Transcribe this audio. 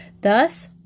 Thus